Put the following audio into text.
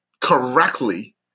correctly